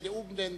זה נאום בן דקה.